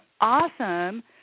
awesome